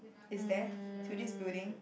is there through this building